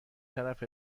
طرف